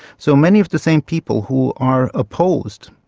so, many of the same people who are opposed,